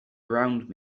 around